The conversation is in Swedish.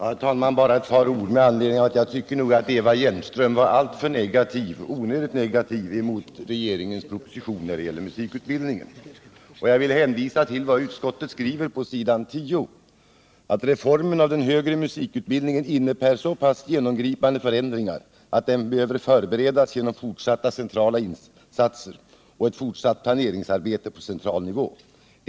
Herr talman! Bara ett par ord med anledning av att Eva Hjelmström var onödigt negativ mot regeringens proposition när det gäller musikutbildning. Jag vill hänvisa till vad utskottet skriver på s. 10: ”Reformen av den högre musikutbildningen innebär så pass genomgripande förändringar att den behöver förberedas genom fortsatta centrala insatser och ett fortsatt planeringsarbete på central nivå.